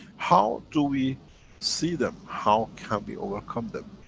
how do we see them? how can we overcome them?